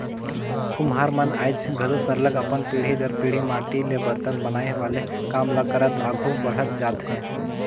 कुम्हार मन आएज घलो सरलग अपन पीढ़ी दर पीढ़ी माटी ले बरतन बनाए वाले काम ल करत आघु बढ़त जात हें